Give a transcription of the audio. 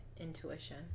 intuition